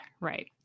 Right